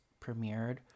premiered